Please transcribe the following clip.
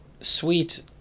sweet